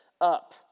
up